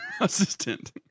Assistant